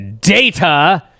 data